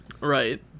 Right